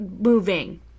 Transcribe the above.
moving